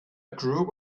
group